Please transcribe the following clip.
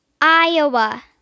Iowa